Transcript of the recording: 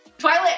Twilight